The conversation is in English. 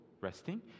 resting